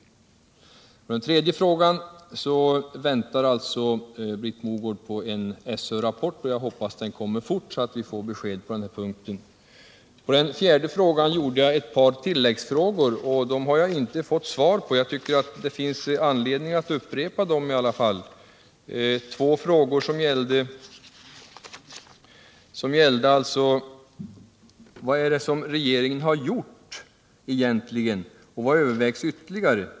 Beträffande den tredje frågan väntar Britt Mogård på en SÖ-rapport. Jag hoppas att den kommer fort, så att vi får besked på den punkten. I anslutning till den fjärde frågan gjorde jag ett par tilläggsfrågor, som jag inte har fått svar på. Jag tycker att det finns anledning att upprepa dem. Två frågor gällde vad regeringen egentligen gjort och vad som övervägs ytterligare.